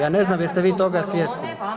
Ja ne znam jeste vi toga svjesni